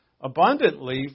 abundantly